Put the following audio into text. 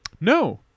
No